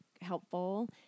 helpful